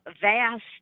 vast